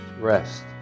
rest